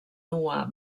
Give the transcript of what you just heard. nua